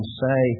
say